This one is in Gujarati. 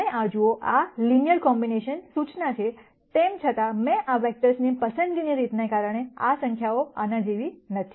તમે આ જુઓ આ લિનયર કોમ્બિનેશન સૂચના છે તેમ છતાં મેં આ વેક્ટર્સની પસંદગીની રીતને કારણે આ સંખ્યાઓ આ જેવી નથી